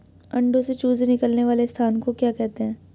अंडों से चूजे निकलने वाले स्थान को क्या कहते हैं?